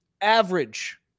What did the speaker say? average